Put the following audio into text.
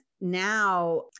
now